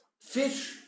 Fish